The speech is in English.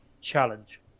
challenge